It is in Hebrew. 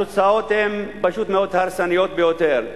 התוצאות הן פשוט מאוד הרסניות ביותר.